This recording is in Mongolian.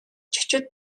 зочид